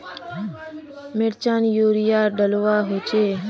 मिर्चान यूरिया डलुआ होचे?